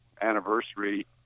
anniversary